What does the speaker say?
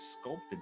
sculpted